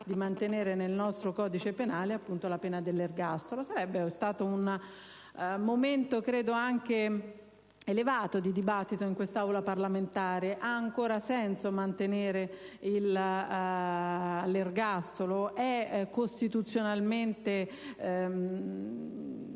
di mantenere nel nostro codice penale la pena dell'ergastolo. Sarebbe stato un momento anche elevato di dibattito in quest'Aula parlamentare. Ha ancora senso mantenere l'ergastolo? Costituzionalmente